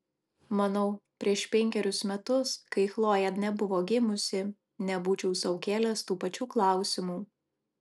manau prieš penkerius metus kai chlojė dar nebuvo gimusi nebūčiau sau kėlęs tų pačių klausimų